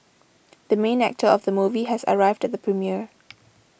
the main actor of the movie has arrived the premiere